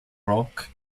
rock